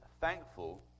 thankful